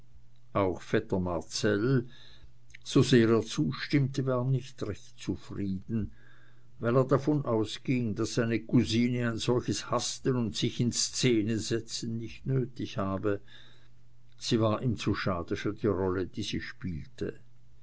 auch vetter marcell sosehr er zustimmte war nicht recht zufrieden weil er davon ausging daß seine cousine ein solches hasten und sich in szene setzen nicht nötig habe sie war ihm zu schade für die rolle die sie spielte